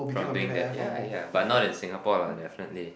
from doing that ya ya but not in Singapore lah definitely